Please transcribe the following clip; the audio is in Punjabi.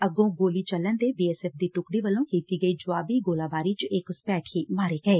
ਅੱਗੋਂ ਗੋਲੀ ਚੱਲਣ ਤੇ ਬੀ ਐਸ ਐਫ਼ ਦੀ ਟੁਕੜੀ ਵੱਲੋਂ ਕੀਤੀ ਗਈ ਜੁਆਬੀ ਗੋਲੀ ਬਾਰੀ ਵਿਚ ਇਹ ਘੁਸਪੈਠੀਏ ਮਾਰੇ ਗਏ